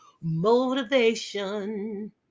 Motivation